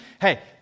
hey